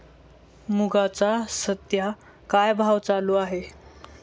मुगाचा सध्या काय भाव चालू आहे?